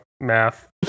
Math